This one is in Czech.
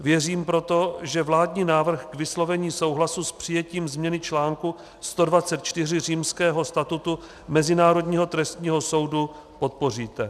Věřím proto, že vládní návrh k vyslovení souhlasu s přijetím změny článku 124 Římského statutu Mezinárodního trestního soudu podpoříte.